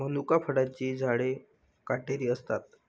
मनुका फळांची झाडे काटेरी असतात